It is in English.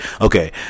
Okay